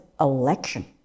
election